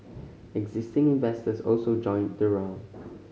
existing investors also joined the round